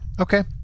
Okay